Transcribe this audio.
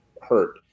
hurt